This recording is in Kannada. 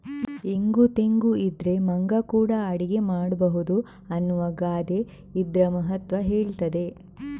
ಇಂಗು ತೆಂಗು ಇದ್ರೆ ಮಂಗ ಕೂಡಾ ಅಡಿಗೆ ಮಾಡ್ಬಹುದು ಅನ್ನುವ ಗಾದೆ ಇದ್ರ ಮಹತ್ವ ಹೇಳ್ತದೆ